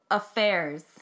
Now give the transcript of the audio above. Affairs